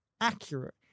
accurate